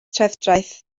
trefdraeth